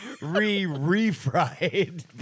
Re-refried